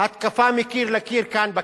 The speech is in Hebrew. התקפה מקיר לקיר כאן בכנסת.